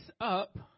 up